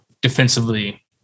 defensively